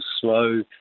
slow